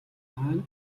хойно